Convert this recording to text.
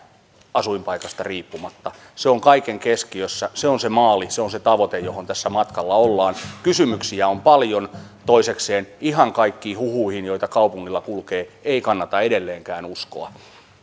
asuinpaikasta riippumatta se on kaiken keskiössä se on se maali se on se tavoite johon tässä matkalla ollaan kysymyksiä on paljon toisekseen ihan kaikkiin huhuihin joita kaupungilla kulkee ei kannata edelleenkään uskoa